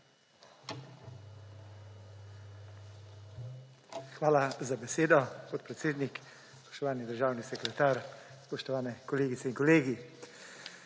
Hvala za besedo, podpredsednik. Spoštovani državni sekretar, spoštovane kolegice in kolegi.